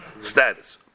status